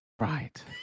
Right